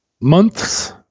months